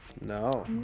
no